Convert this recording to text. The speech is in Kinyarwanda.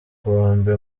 ubukombe